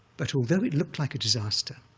but although it looked like a disaster,